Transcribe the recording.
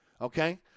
Okay